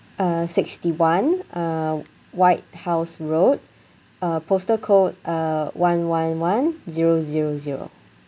uh sixty one uh white house road uh postal code uh one one one zero zero zero